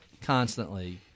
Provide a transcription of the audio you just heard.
Constantly